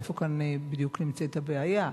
איפה כאן בדיוק הבעיה,